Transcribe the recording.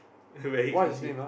very expensive